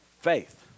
faith